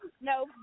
No